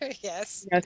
Yes